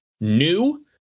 new